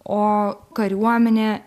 o kariuomenė